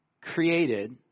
created